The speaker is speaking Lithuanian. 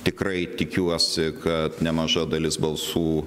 tikrai tikiuosi kad nemaža dalis balsų